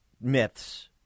myths